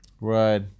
right